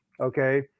Okay